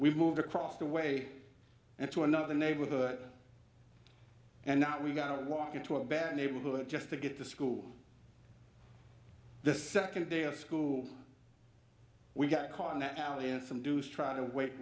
we moved across the way and to another neighborhood and now we've got to walk into a bad neighborhood just to get to school the second day of school we got caught in that alley and some do is try to wait